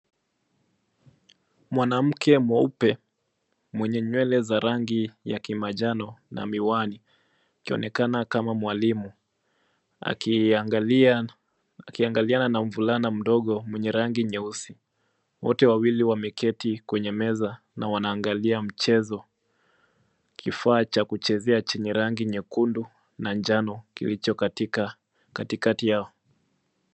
Mwanamke mweupe mwenye nywele za rangi ya kimanjano na miwani, akionekana kama mwalimu , akiangaliana na mvulana mdogo mwenye rangi nyeusi. Wote wawili wameketi kwenye meza na wanaangalia mchezo. Kifaa cha kuchezea chenye rangi nyekundu na njano, kilicho katikati yao.